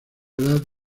edad